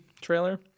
trailer